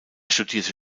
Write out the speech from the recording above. studierte